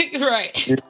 right